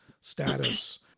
status